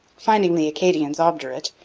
finding the acadians obdurate,